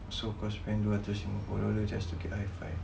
so kau spend dua ratus lima puluh dolar just to get high five